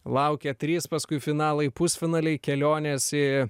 laukia trys paskui finalai pusfinaliai kelionės į